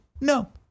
no